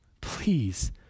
Please